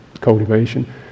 cultivation